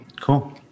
Cool